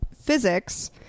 physics